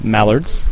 Mallards